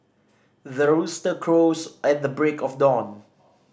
the rooster crows at the break of dawn